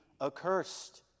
accursed